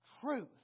truth